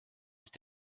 ist